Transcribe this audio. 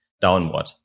downward